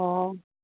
ꯑꯣ